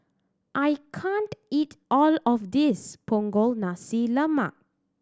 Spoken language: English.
I can't eat all of this Punggol Nasi Lemak